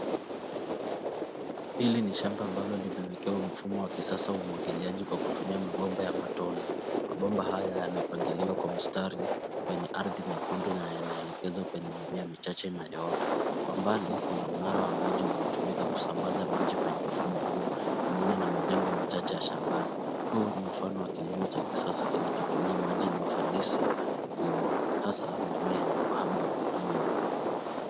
Hili ni shamba ambalo limewekewa mfumo wa kisasa wa umwagiliahi kwa kutumia mabomba ya matone . Mabomba haya yamepangilikwa kwa mstari kwenye ardhi nyekundu na yanaelekezwa kwenya mimea machache na yaota . Kwa mbali kuna mnara wa maji unao tumika kusambaza maji kwenye mfumo huu pamoja na majengo machache ya shambani. Huu ni mfano wa kilimo cha kisasa kinacho tumia maji na ufanisi mkubwa. Hasa maeneo yenye uhaba wa mvua.